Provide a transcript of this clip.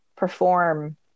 perform